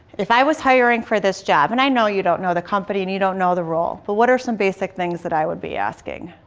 if i was hiring for this job and i know you don't know the company and you don't know the role, but what are some basic things that i would be asking.